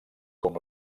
com